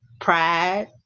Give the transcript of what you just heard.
pride